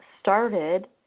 started